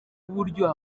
bw’uburyo